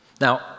Now